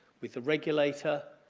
with the regulator,